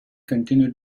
continue